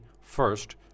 first